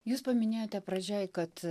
jūs paminėjote pradžioj kad